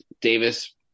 Davis